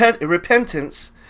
repentance